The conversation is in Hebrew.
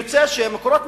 יוצא ש"מקורות"